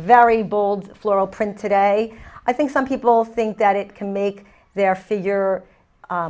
very bold floral print today i think some people think that it can make their figure